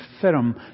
firm